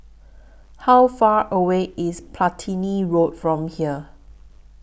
How Far away IS Platina Road from here